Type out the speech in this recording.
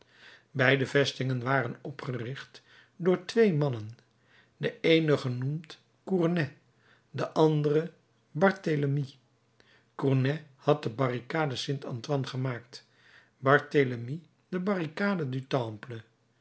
beide vestingen waren opgericht door twee mannen de eene genoemd cournet de andere barthélemy cournet had de barricade st antoine gemaakt barthélemy de barricade